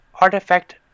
artifact